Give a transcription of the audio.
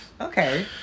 Okay